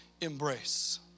embrace